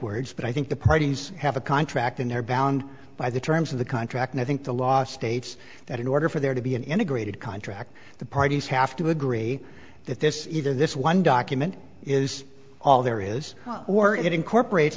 words but i think the parties have a contract and they're bound by the terms of the contract and i think the law states that in order for there to be an integrated contract the parties have to agree that this either this one document is all there is or it incorporates